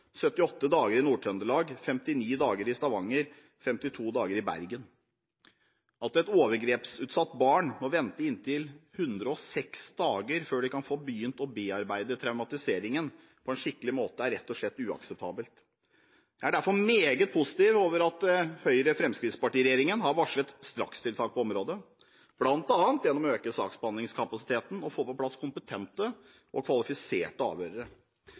78 dager i Nord-Trøndelag, 59 dager i Stavanger og 52 dager i Bergen. At et overgrepsutsatt barn må vente i inntil 106 dager før det kan få begynt å bearbeide traumatiseringen på en skikkelig måte, er rett og slett uakseptabelt. Det er derfor meget positivt at Høyre–Fremskrittsparti-regjeringen har varslet strakstiltak på området, bl.a. gjennom å øke saksbehandlingskapasiteten og få på plass kompetente og kvalifiserte